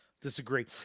Disagree